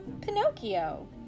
Pinocchio